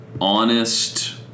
honest